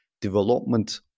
development